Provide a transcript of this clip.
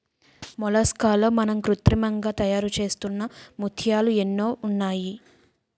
మొలస్కాల్లో మనం కృత్రిమంగా తయారుచేస్తున్న ముత్యాలు ఎన్నో ఉన్నాయి